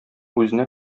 үзенә